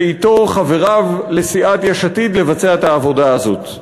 ואתו חבריו לסיעת יש עתיד, לבצע את העבודה הזאת.